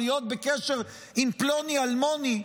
או להיות בקשר עם פלוני אלמוני,